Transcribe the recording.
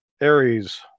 Aries